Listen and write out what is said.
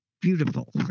beautiful